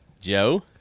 Joe